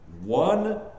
One